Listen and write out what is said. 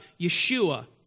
Yeshua